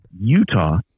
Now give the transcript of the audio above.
Utah